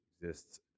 exists